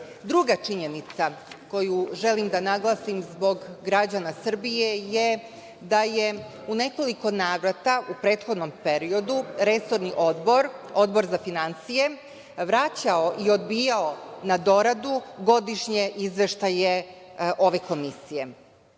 činjenica koju želim da naglasim zbog građana Srbije je da je u nekoliko navrata u prethodnom periodu resorni odbor, Odbor za finansije vraćao i odbijao na doradu godišnje izveštaje ove komisije.